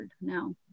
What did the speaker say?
now